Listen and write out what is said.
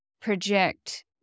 project